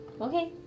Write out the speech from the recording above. Okay